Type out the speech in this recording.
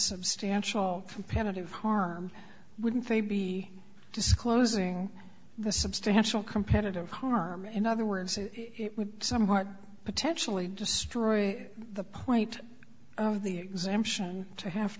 substantial competitive harm wouldn't they be disclosing the substantial competitive harm in other words it would be somewhat potentially destroy the point of the exemption to have